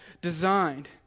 designed